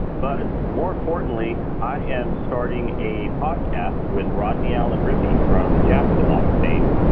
but, more importantly, i am starting a podcast with rodney allen rippey, from jack in the box fame.